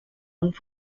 und